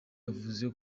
yavuze